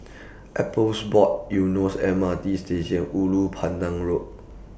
Appeals Board Eunos M R T Station Ulu Pandan Road